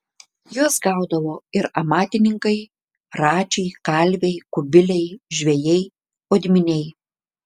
juos gaudavo ir amatininkai račiai kalviai kubiliai žvejai odminiai